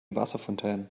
wasserfontänen